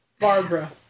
Barbara